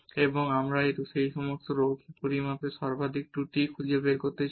এবং আমরা সেই রৈখিক পরিমাপে সর্বাধিক ত্রুটি খুঁজে বের করতে চাই